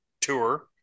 tour